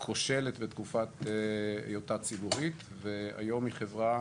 כושלת בתקופת היותה ציבורית והיום היא חברה